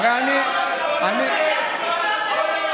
בסדר, פעם,